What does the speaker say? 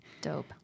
dope